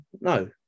No